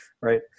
right